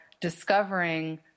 discovering